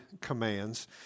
commands